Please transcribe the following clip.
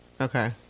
Okay